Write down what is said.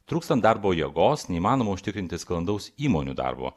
trūkstant darbo jėgos neįmanoma užtikrinti sklandaus įmonių darbo